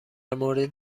مورد